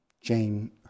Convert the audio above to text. Jane